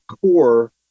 core